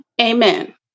Amen